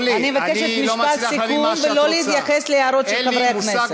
אני מבקשת משפט סיכום ולא להתייחס להערות של חברי הכנסת.